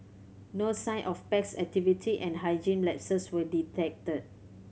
no sign of pest activity and hygiene lapses were detected